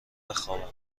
بخوابم